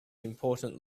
important